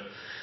av